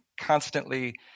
constantly